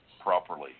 properly